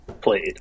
played